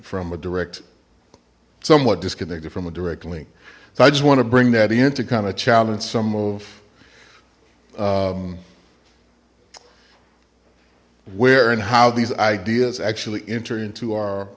from a direct somewhat disconnected from a direct link so i just want to bring that in to kind of challenge some of where and how these ideas actually enter into our